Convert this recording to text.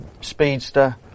speedster